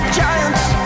giants